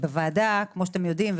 בוועדה כפי שאתם יודעים,